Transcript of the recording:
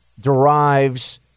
derives